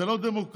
זה לא דמוקרטי.